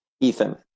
Ethan